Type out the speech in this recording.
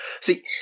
See